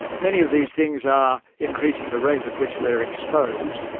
many of these things are increasing the rate at which we're exposed.